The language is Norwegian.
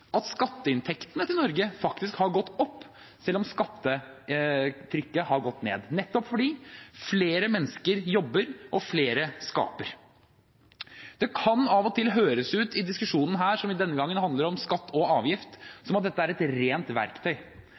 at skatteinntektene til Norge faktisk har gått opp, selv om skattetrykket har gått ned. Det er nettopp fordi flere mennesker jobber, og flere skaper. I diskusjonen her, som denne gangen handler om skatt og avgift, kan det av og til høres ut som om dette er et rent verktøy.